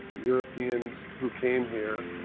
europeans who came here,